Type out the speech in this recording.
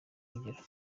urugero